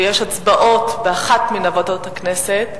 אם יש הצבעות באחת מוועדות הכנסת,